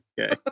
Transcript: Okay